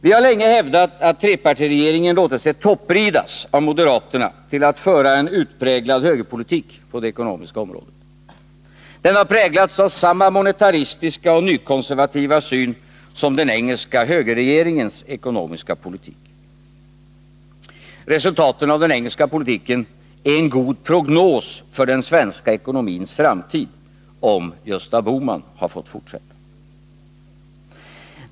Vi har länge hävdat att trepartiregeringen låtit sig toppridas av moderaterna till att föra en utpräglad högerpolitik på det ekonomiska området. Den har präglats av samma monetaristiska och nykonservativa syn som den engelska högerregeringens ekonomiska politik. Resultaten av den engelska politiken är en god prognos för den svenska ekonomins framtid, om Gösta Bohman hade fått fortsätta.